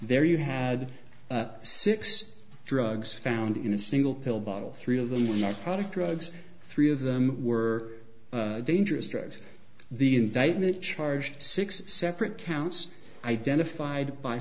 there you had six drugs found in a single pill bottle three of them your product drugs three of them were dangerous drugs the indictment charged six separate counts identified by